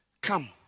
Come